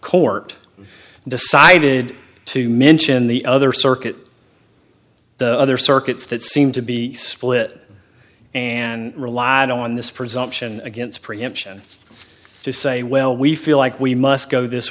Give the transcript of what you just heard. court decided to mention the other circuit the other circuits that seem to be split and relied on this presumption against preemption to say well we feel like we must go this